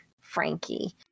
Frankie